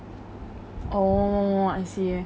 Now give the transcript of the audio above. oh I see